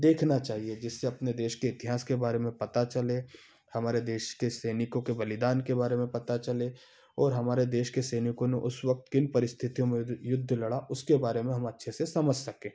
देखना चाहिए जिससे अपने देश के इतिहास के बारे में पता चले हमारे देश के सैनिकों के बलिदान के बारे में पता चले और हमारे देश के सैनिकों ने उस वक़्त किन परिस्थितियो में युद्ध लड़ा उसके बारे में हम अच्छे से समझ सकें